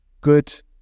good